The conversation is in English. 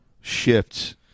shifts